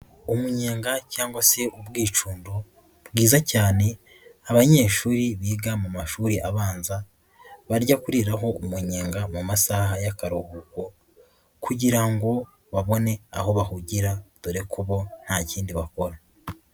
Umunyenga cyangwa se ubwicundo bwiza cyane abanyeshuri biga mu mashuri abanza bajya kuriraho umunyenga mu masaha y'akaruhuko kugira ngo babone aho bahungira dore ko bo nta kindi bakora.